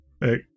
hey